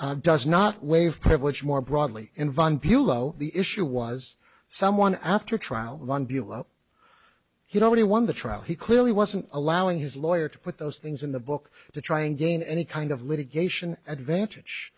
budgets does not waive privilege more broadly in van bulow the issue was someone after trial one below he'd already won the trial he clearly wasn't allowing his lawyer to put those things in the book to try and gain any kind of litigation advantage